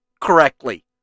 correctly